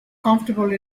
comfortable